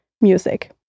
music